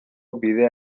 bidea